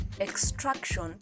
Extraction